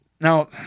now